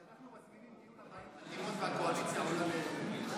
אמרתי שאנחנו מזמינים דיון 40 חתימות והקואליציה עולה לתמוך?